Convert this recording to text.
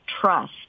trust